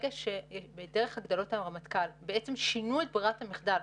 דרך הגדלות הרמטכ"ל בעצם שינו את ברירת המחדל.